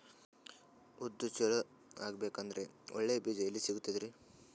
ಉದ್ದು ಚಲೋ ಆಗಬೇಕಂದ್ರೆ ಒಳ್ಳೆ ಬೀಜ ಎಲ್ ಸಿಗತದರೀ?